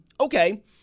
Okay